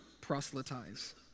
proselytize